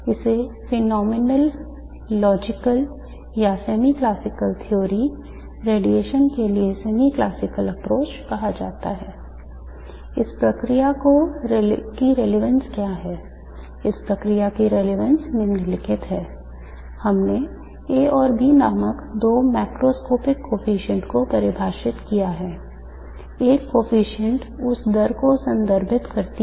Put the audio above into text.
इसे phenomenal logical या semi classical theory radiation के लिए semi classical approach कहा जाता है